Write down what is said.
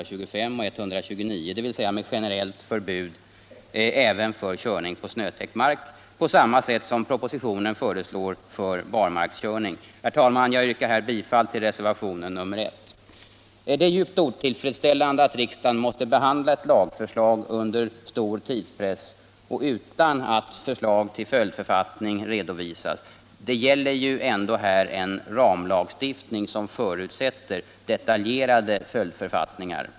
Jag yrkar bifall till reservationen 1. Det är djupt otillfredsställande att riksdagen måste behandla ett lagförslag under stor tidspress och utan att förslag till följdförfattning redovisats. Det gäller ju ändå en ramlagstiftning som förutsätter detaljerade följdförfattningar.